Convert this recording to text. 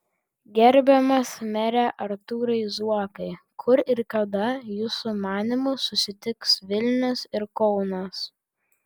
gerbiamas mere artūrai zuokai kur ir kada jūsų manymu susitiks vilnius ir kaunas